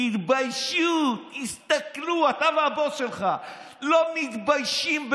תתביישו, תסתכלו אתה והבוס שלך לא מתביישים.